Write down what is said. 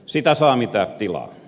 sitä saa mitä tilaa